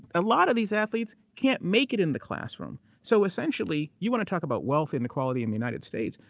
a lot of these athletes can't make it in the classroom. so essentially, you want to talk about wealth inequality in the united states.